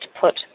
put